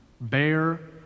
bear